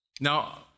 Now